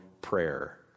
prayer